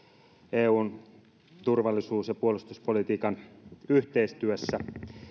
eun turvallisuus ja puolustuspolitiikan yhteistyössä